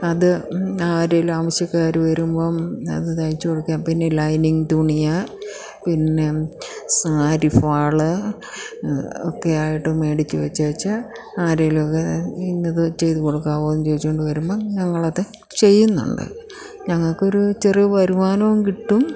അത് ആരെങ്കിലും ആവശ്യക്കാർ വരുമ്പം അത് തയ്ച്ചു കൊടുക്കാം പിന്നെ ലൈനിങ് തുണി പിന്നെ സാരിഫാള് ഒക്കെ ആയിട്ട് മേടിച്ചു വെച്ചേച്ച് ആരെങ്കിലുമൊക്കെ ഇന്നതു ചെയ്തു കൊടുക്കാമോയെന്ന് ചോദിച്ചുകൊണ്ട് വരുമ്പം ഞങ്ങളത് ചെയ്യുന്നുണ്ട് ഞങ്ങൾക്കൊരു ചെറിയ വരുമാനവും കിട്ടും